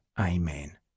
Amen